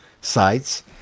sites